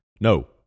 no